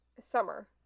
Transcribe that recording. summer